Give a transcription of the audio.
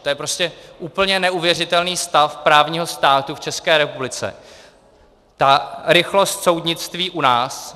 To je úplně neuvěřitelný stav právního státu v České republice, ta rychlost soudnictví u nás.